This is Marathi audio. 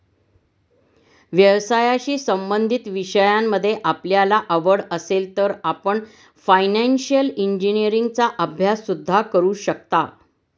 व्यवसायाशी संबंधित विषयांमध्ये आपल्याला आवड असेल तर आपण फायनान्शिअल इंजिनीअरिंगचा अभ्यास सुद्धा करू शकता